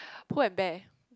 Pull and Bear